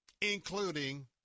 including